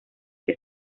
que